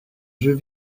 jeux